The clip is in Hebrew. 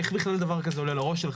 איך בכלל דבר כזה עולה לראש שלך?